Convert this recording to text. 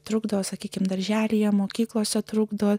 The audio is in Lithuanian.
trukdo sakykime darželyje mokyklose trukdo